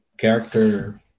character